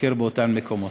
לבקר באותם מקומות.